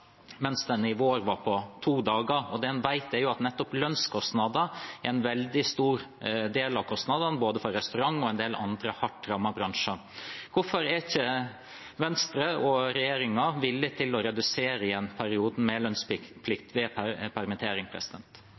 mens den i vår var på to dager, Det en vet, er jo at nettopp lønnskostnader er en veldig stor del av kostnadene både for restauranter og for en del andre hardt rammede bransjer. Hvorfor er ikke Venstre og regjeringen villige til å redusere perioden med lønnsplikt ved permittering